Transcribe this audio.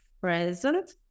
present